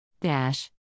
Dash